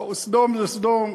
סדום זה סדום.